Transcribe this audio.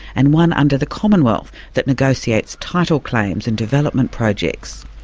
and one under the commonwealth that negotiates title claims and development projects.